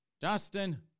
Dustin